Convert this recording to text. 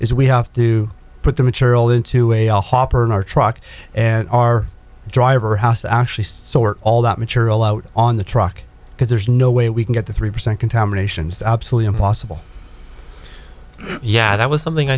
is we have to put the material into a hopper in our truck and our driver house actually sort all that material out on the truck because there's no way we can get the three percent contamination is absolutely impossible yeah that was something